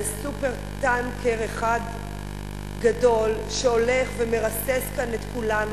על "סופר-טנקר" אחד גדול שהולך ומרסס כאן את כולנו.